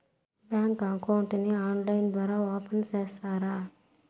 Bank account ని online ద్వారా open సేస్తారా?